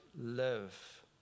live